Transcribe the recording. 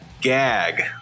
Gag